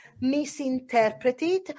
misinterpreted